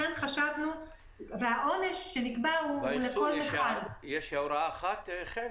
סעיף 20 לצו המחסנים, סעיף (4)